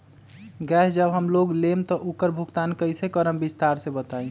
Gas जब हम लोग लेम त उकर भुगतान कइसे करम विस्तार मे बताई?